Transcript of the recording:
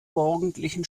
morgendlichen